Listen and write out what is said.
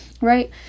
right